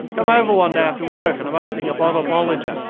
come over one day after work and i'm opening a bottle of bollinger.